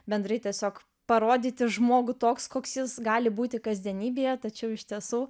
bendrai tiesiog parodyti žmogų toks koks jis gali būti kasdienybėje tačiau iš tiesų